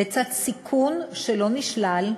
לצד סיכון, שלא נשלל,